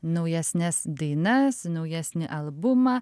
naujesnes dainas naujesnį albumą